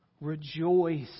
Rejoice